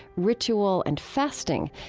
ritual, and fasting,